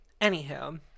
Anywho